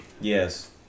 Yes